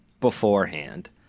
beforehand